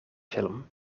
film